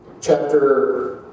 Chapter